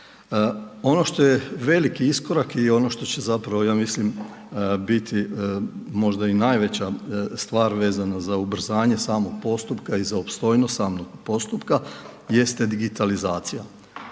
Ono što je veliki iskorak i ono što će ja mislim biti možda i najveća stvar vezano za ubrzanje samog postupka i za opstojnost samog postupka jeste digitalizacija.